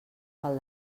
pel